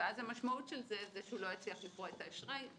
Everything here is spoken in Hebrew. אז המשמעות של זה, שהוא לא הצליח לפרוע את האשראי,